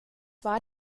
war